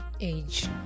age